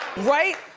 right,